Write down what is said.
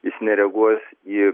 jis nereaguos į